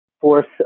force